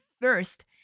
first